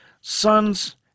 sons